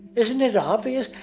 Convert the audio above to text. isn't it obvious?